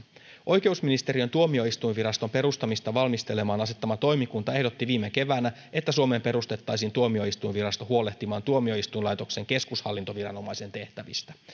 oikeusministeriön tuomioistuinviraston perustamista valmistelemaan asettama toimikunta ehdotti viime keväänä että suomeen perustettaisiin tuomioistuinvirasto huolehtimaan tuomioistuinlaitoksen keskushallintoviranomaisen tehtävistä